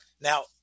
now